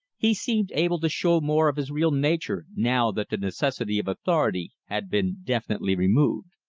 he seemed able to show more of his real nature now that the necessity of authority had been definitely removed.